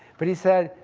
but he said,